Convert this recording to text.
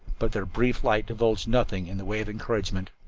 but their brief light divulged nothing in the way of encouragement.